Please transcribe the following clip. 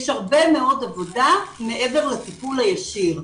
יש הרבה מאוד עבודה מעבר לטיפול הישיר.